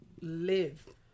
live